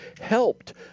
helped